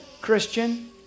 Christian